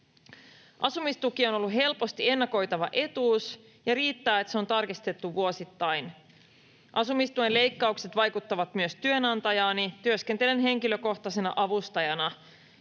Asumistuki on ollut helposti ennakoitava etuus, ja riittää, että se on tarkistettu vuosittain. Asumistuen leikkaukset vaikuttavat myös työnantajaani. Työskentelen henkilökohtaisena avustajana.